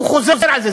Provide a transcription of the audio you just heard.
והוא חוזר על זה.